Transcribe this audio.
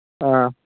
ꯑꯥ